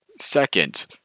Second